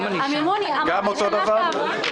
גם אותו דבר?